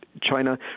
China